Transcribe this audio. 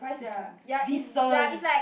ya ya it's ya it's like